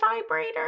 vibrator